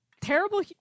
Terrible